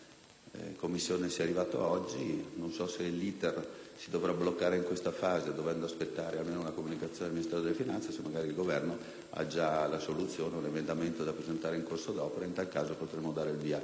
si dovrà bloccare in questa fase, dovendo aspettare almeno una comunicazione del Ministero delle finanze, o se il Governo abbia già la soluzione o un emendamento da presentare in corso d'opera. In tal caso potremo dare il via immediato al recepimento del Trattato.